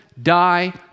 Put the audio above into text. die